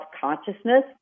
consciousness